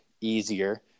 easier